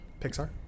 Pixar